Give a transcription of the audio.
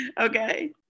Okay